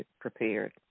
prepared